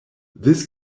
this